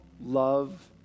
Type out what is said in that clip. love